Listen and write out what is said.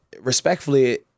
respectfully